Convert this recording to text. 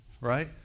right